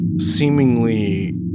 seemingly